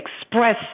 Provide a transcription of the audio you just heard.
express